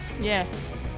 Yes